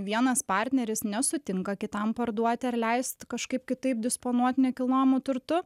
vienas partneris nesutinka kitam parduoti ar leist kažkaip kitaip disponuot nekilnojamu turtu